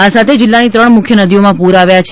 આ સાથે જિલ્લાની ત્રણ મુખ્ય નદીઓમાં પૂર આવ્યા હતા